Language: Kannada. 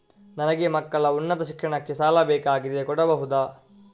ನನಗೆ ಮಕ್ಕಳ ಉನ್ನತ ಶಿಕ್ಷಣಕ್ಕೆ ಸಾಲ ಬೇಕಾಗಿದೆ ಕೊಡಬಹುದ?